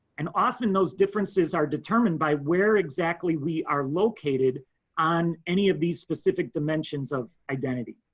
and often those differences are determined by where exactly we are located on any of these specific dimensions of identity.